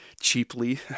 cheaply